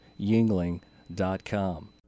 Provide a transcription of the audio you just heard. Yingling.com